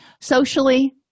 socially